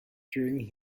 during